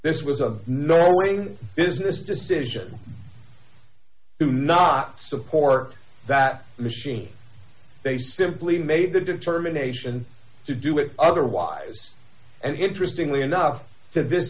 this was of no business decision to not support that machine they simply made the determination to do it otherwise and interestingly enough to visit